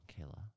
Kayla